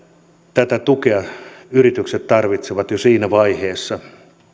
tätä tukea yritykset tarvitsevat jo siinä vaiheessa